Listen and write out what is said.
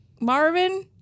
Marvin